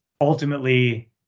ultimately